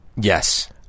Yes